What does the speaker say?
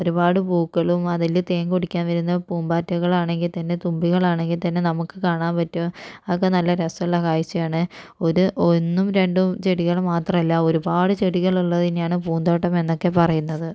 ഒരുപാട് പൂക്കളും അതിൽ തേൻ കുടിക്കാൻ വരുന്ന പൂമ്പാറ്റകളാണെങ്കിൽ തന്നെ തുമ്പികളാണെങ്കിൽ തന്നെ നമുക്ക് കാണാൻ പറ്റും അതൊക്കെ നല്ല രസമുള്ള കാഴ്ചയാണ് ഒരു ഒന്നും രണ്ടും ചെടികൾ മാത്രമല്ല ഒരുപാട് ചെടികളുള്ളതിനെയാണ് പൂന്തോട്ടം എന്നൊക്കെ പറയുന്നത്